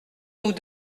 nous